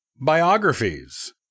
biographies